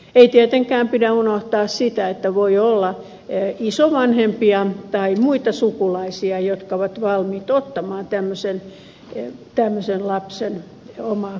ei tietenkään pidä unohtaa sitä että voi olla isovanhempia tai muita sukulaisia jotka ovat valmiit ottamaan tämmöisen lapsen omaan kotiinsa